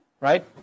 Right